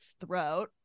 throat